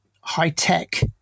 high-tech